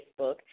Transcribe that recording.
Facebook